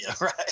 right